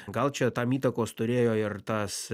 gal čia tam įtakos turėjo ir tas